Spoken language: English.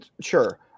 Sure